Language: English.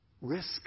Risk